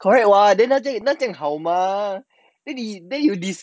correct what then 他这样他这样好吗 then 你 then 你